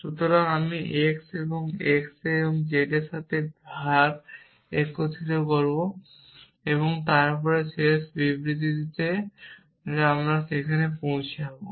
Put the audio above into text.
সুতরাং আমি x এবং x এবং z এর সাথে var একত্রিত করব এবং তারপরে শেষ বিবৃতিতে যা আমি সেখানে পৌঁছে যাব